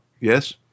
Yes